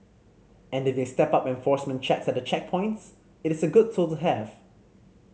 and if they step up enforcement checks at the checkpoints it is a good tool to have